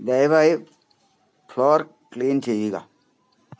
ദയവായി floor clean ചെയ്യുക